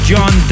John